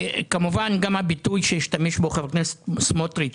כמובן גם הביטוי שהשתמש בו חבר הכנסת סמוטריץ',